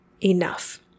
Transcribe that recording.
enough